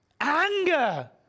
Anger